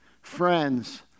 friends